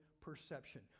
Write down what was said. perception